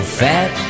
fat